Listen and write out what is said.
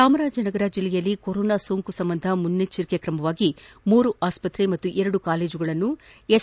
ಚಾಮರಾಜನಗರ ಜಿಲ್ಲೆಯಲ್ಲಿ ಕೊರೋನಾ ಸೋಂಕು ಸಂಬಂಧ ಮುಂಜಾಗ್ರತಾ ಕ್ರಮವಾಗಿ ಮೂರು ಆಸ್ವತ್ರೆ ಪಾಗೂ ಎರಡು ಕಾಲೇಜುಗಳನ್ನು ಎಸ್